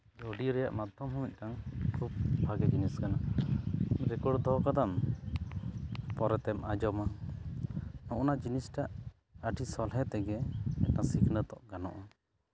audio ᱨᱮᱭᱟᱜ ᱢᱟᱫᱽᱫᱷᱚᱢ ᱦᱚᱸ ᱢᱤᱫᱴᱟᱱ ᱠᱷᱩᱵ ᱵᱷᱟᱜᱮ ᱡᱤᱱᱤᱥ ᱠᱟᱱᱟ ᱨᱮᱠᱚᱨᱲ ᱫᱚᱦᱚ ᱠᱟᱫᱟᱢ ᱯᱚᱨᱮᱛᱮᱢ ᱟᱸᱡᱚᱢᱟ ᱱᱚᱜᱱᱟ ᱡᱤᱱᱤᱥᱴᱟ ᱟᱹᱰᱤ ᱥᱚᱞᱦᱮ ᱛᱮᱜᱮ ᱥᱤᱠᱷᱱᱟᱹᱛᱚᱜ ᱜᱟᱱᱚᱜᱼᱟ